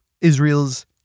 Israel's